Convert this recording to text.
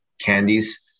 candies